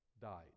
died